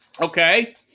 Okay